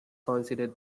consider